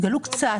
גלו קצת,